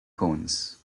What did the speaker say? cones